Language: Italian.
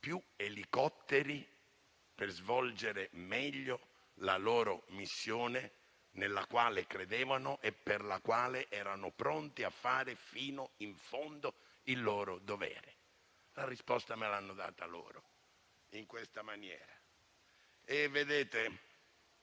più elicotteri, per svolgere meglio la loro missione, nella quale credevano e per la quale erano pronti a fare fino in fondo il loro dovere. La risposta me l'hanno data loro, in questa maniera. Quando